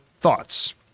thoughts